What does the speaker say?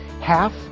half